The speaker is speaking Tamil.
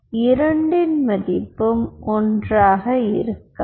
இரண்டின் மதிப்பும் ஒன்றாக இருக்காது